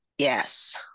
Yes